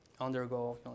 undergo